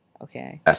Okay